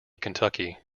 kentucky